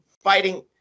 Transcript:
fighting